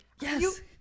yes